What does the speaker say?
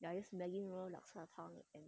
ya just maggie noodles laksa 汤 and